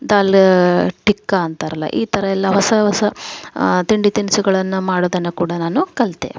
ದಾಲ್ ಟಿಕ್ಕಾ ಅಂತಾರಲ್ಲ ಈ ಥರ ಎಲ್ಲ ಹೊಸ ಹೊಸ ತಿಂಡಿ ತಿನಿಸುಗಳನ್ನು ಮಾಡೋದನ್ನು ಕೂಡ ನಾನು ಕಲಿತೆ